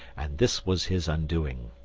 and this was his undoing.